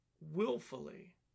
willfully